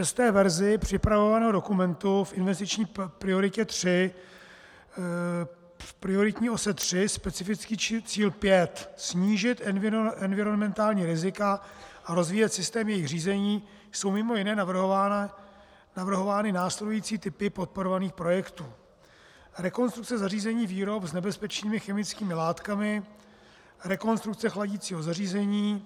V šesté verzi připravovaného dokumentu v investiční prioritě tři, v prioritní ose tři, specifický cíl pět snížit environmentální rizika a rozvíjet systém jejich řízení jsou mimo jiné navrhovány následující typy podporovaných projektů: rekonstrukce zařízení výrob s nebezpečnými chemickými látkami; rekonstrukce chladicího zařízení;